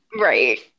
Right